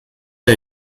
der